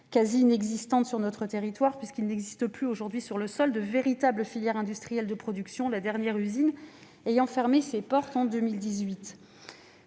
quasi inexistante sur notre territoire. On ne trouve plus en effet sur notre sol de véritable filière industrielle de production, la dernière usine ayant fermé ses portes en 2018.